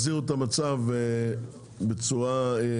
אנחנו מחזירים לציבור את הקרקע בצורה שהיא